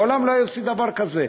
לעולם לא היו עושים דבר כזה.